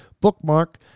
Bookmark